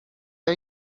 are